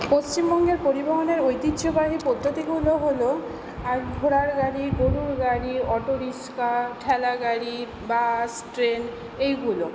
পশ্চিমবঙ্গের পরিবহনের ঐতিহ্যবাহী পদ্ধতিগুলো হল আর ঘোড়ার গাড়ি গোরুর গাড়ি অটো রিক্সা ঠেলা গাড়ি বাস ট্রেন এইগুলো